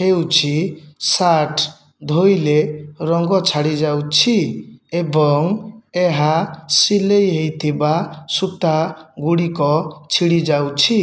ହେଉଛି ଶାର୍ଟ ଧୋଇଲେ ରଙ୍ଗ ଛାଡ଼ି ଯାଉଛି ଏବଂ ଏହା ସିଲେଇ ହୋଇଥିବା ସୂତାଗୁଡ଼ିକ ଛିଡ଼ି ଯାଉଛି